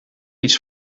iets